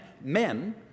men